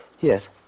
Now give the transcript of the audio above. Yes